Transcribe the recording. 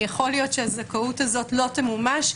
יכול להיות שהזכאות הזאת לא תמומש,